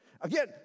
Again